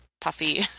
puffy